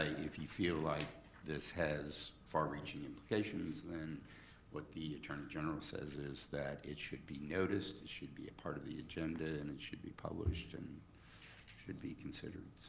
ah if you feel like this has far-reaching implications, then what the attorney general says is that it should be noticed, it should be part of the agenda, and it should be published, and should be considered.